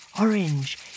orange